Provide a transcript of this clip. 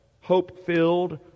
hope-filled